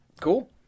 Cool